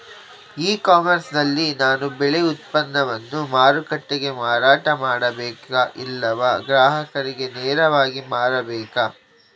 E commerce ನಲ್ಲಿ ನಾನು ಬೆಳೆ ಉತ್ಪನ್ನವನ್ನು ಮಾರುಕಟ್ಟೆಗೆ ಮಾರಾಟ ಮಾಡಬೇಕಾ ಇಲ್ಲವಾ ಗ್ರಾಹಕರಿಗೆ ನೇರವಾಗಿ ಮಾರಬೇಕಾ?